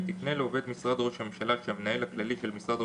(תיקוני חקיקה ליישום המדיניות הכלכלית לשנות התקציב 2021